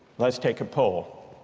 let's take a poll,